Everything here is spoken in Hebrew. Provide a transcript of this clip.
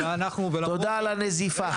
תודה על הנזיפה,